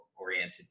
oriented